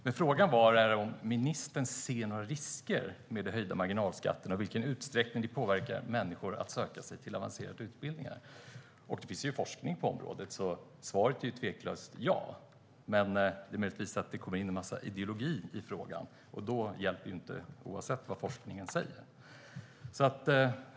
Men frågan var om ministern ser några risker med de höjda marginalskatterna och i vilken utsträckning de påverkar människor att söka sig till avancerade utbildningar. Det finns ju forskning på området, så svaret är tveklöst: Ja. Men det är möjligt att det kommer in en massa ideologi i frågan, och då hjälper det ju inte vad forskningen säger.